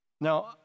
Now